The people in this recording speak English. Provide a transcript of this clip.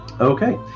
okay